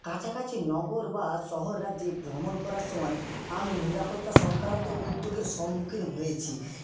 কাছাকাছি নগর বা শহর রাজ্যে ভ্রমণ করার সময় আমি নিরাপত্তা সংক্রান্ত উদ্যোগের সম্মুখীন হয়েছি